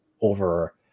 over